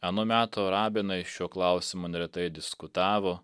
ano meto rabinai šiuo klausimu neretai diskutavo